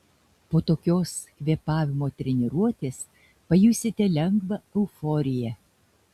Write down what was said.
po tokios kvėpavimo treniruotės pajusite lengvą euforiją